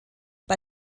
bei